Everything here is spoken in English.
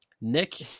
Nick